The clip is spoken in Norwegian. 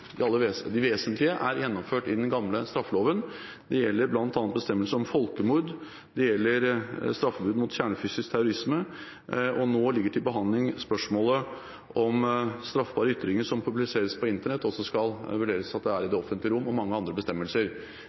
gjelder bl.a. bestemmelse om folkemord, straffebud mot kjernefysisk terrorisme, og spørsmålet som nå ligger til behandling, om straffbare ytringer som publiseres på Internett, også skal vurderes til å være i det offentlige rom, og mange andre bestemmelser.